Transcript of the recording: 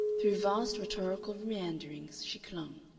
through vast rhetorical meanderings, she clung.